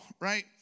right